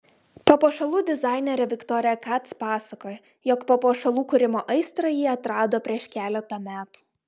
papuošalų dizainerė viktorija kac pasakoja jog papuošalų kūrimo aistrą ji atrado prieš keletą metų